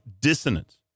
dissonance